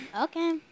Okay